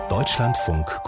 Deutschlandfunk